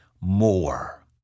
more